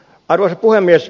arvoisa puhemies